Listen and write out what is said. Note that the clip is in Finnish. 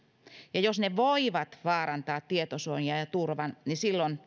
ja jos ne voivat vaarantaa tietosuojan ja turvan silloin